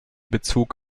bezug